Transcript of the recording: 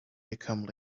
become